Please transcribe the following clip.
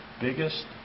biggest